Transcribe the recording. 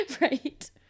Right